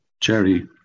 Jerry